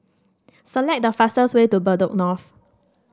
select the fastest way to Bedok North